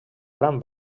gran